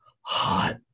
hot